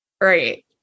Right